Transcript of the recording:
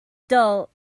dull